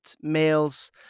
males